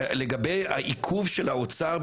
אני חוזר למה שאמרתי לגבי אוקראינה ספציפית: